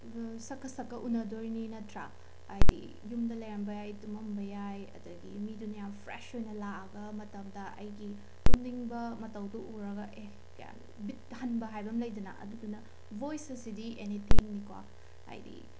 ꯕ ꯁꯛꯀ ꯁꯛꯀ ꯎꯅꯗꯣꯏꯅꯤ ꯅꯠꯇ꯭ꯔ ꯍꯥꯏꯗꯤ ꯌꯨꯝꯗ ꯂꯩꯔꯝꯕ ꯌꯥꯏ ꯇꯨꯝꯃꯝꯕ ꯌꯥꯏ ꯑꯗꯒꯤ ꯃꯤꯗꯨꯅ ꯌꯥꯝ ꯐ꯭ꯔꯦꯁ ꯑꯣꯏꯅ ꯂꯥꯛꯑꯒ ꯃꯇꯝꯗ ꯑꯩꯒꯤ ꯇꯨꯝꯅꯤꯡꯕ ꯃꯇꯧꯗꯨ ꯎꯔꯒ ꯑꯦꯍ ꯀ꯭ꯌ ꯕꯤꯠ ꯍꯟꯕ ꯍꯥꯏꯕ ꯑꯃ ꯂꯩꯗꯅ ꯑꯗꯨꯗꯨꯅ ꯚꯣꯏꯁ ꯑꯁꯤꯗꯤ ꯑꯦꯅꯤꯊꯤꯡꯅꯤꯀꯣ ꯍꯥꯏꯗꯤ